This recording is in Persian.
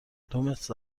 دومتر